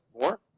more